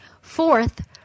Fourth